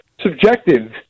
subjective